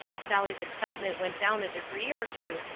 sally's excitement went down a degree or two,